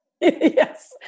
Yes